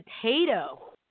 potato